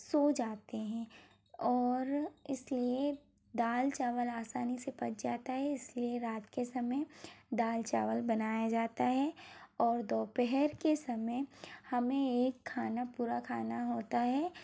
सो जाते हैं और इसलिए दाल चावल आसानी से पच जाता है इसलिए रात के समय दाल चावल बनाया जाता है और दोपहर के समय हमें एक खाना पूरा खाना होता है